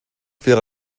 wäre